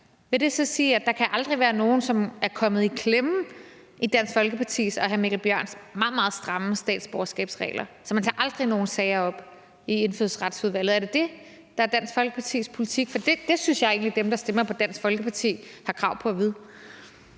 vil det så sige, at der aldrig kan være nogen, som er kommet i klemme i Dansk Folkepartis og hr. Mikkel Bjørns meget, meget stramme statsborgerskabs regler, sådan at man aldrig tager nogen sager op i Indfødsretsudvalget? Er det det, der er Dansk Folkepartis politik? For det synes jeg egentlig at dem, der stemmer på Dansk Folkeparti, har krav på at vide.